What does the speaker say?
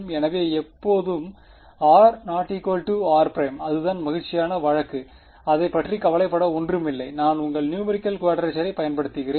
எனவே எப்போது r r அதுதான் மகிழ்ச்சியான வழக்கு அதைப் பற்றி கவலைப்பட ஒன்றுமில்லை நான் உங்கள் நியூமெரிகள் குவாட்ரச்சரை பயன்படுத்துகிறேன்